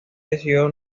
decidió